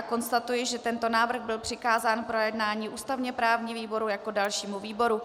Konstatuji, že tento návrh byl přikázán k projednání ústavněprávnímu výboru jako dalšímu výboru.